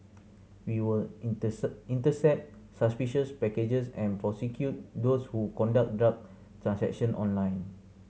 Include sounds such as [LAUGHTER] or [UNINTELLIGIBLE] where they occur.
we will [UNINTELLIGIBLE] intercept suspicious packages and prosecute those who conduct drug transaction online